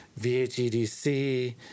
VHEDC